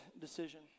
decision